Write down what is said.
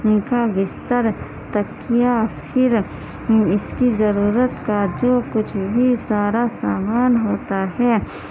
ان کا بستر تکیہ پھر اس کی ضرورت کا جو کچھ بھی سارا سامان ہوتا ہے